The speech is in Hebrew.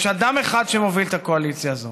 יש אדם אחד שמוביל את הקואליציה הזו,